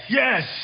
yes